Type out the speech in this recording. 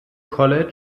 college